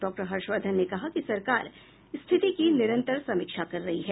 डॉ वर्धन ने कहा कि सरकार स्थिति की निरन्तर समीक्षा कर रही है